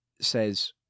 says